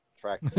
track